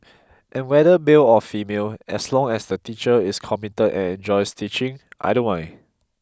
but whether male or female as long as the teacher is committed and enjoys teaching I don't mind